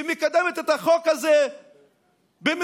שמקדמת את החוק הזה כל הזמן,